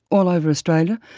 all over australia,